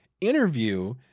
interview